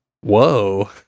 Whoa